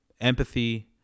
empathy